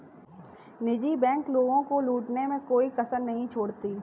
निजी बैंक लोगों को लूटने में कोई कसर नहीं छोड़ती है